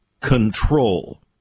control